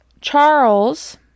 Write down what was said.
Charles